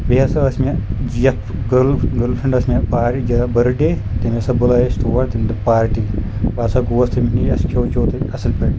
بیٚیہِ ہَسا ٲسۍ مےٚ جف گل فرٛنٛڈ ٲسۍ مےٚ پار جا بٔرتھ ڈے تٔمۍ ہسا بُلاے أسۍ تور تمہِ دۄہ پارٹی بہٕ ہسا گوس تٔمۍ نِش اَسہِ کھیو چیو تۄہہِ اصل پٲٹھۍ